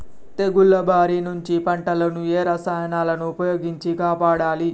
తెగుళ్ల బారి నుంచి పంటలను ఏ రసాయనాలను ఉపయోగించి కాపాడాలి?